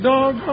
Dog